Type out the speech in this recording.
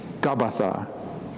Gabbatha